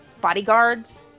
bodyguards